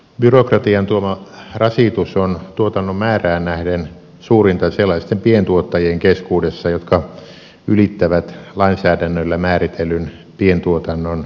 byrokratian tuoma rasitus on tuotannon määrään nähden suurinta sellaisten pientuottajien keskuudessa jotka ylittävät lainsäädännöllä määritellyn pientuotannon rajan